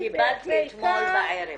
קיבלתי אתמול בערב.